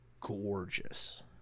gorgeous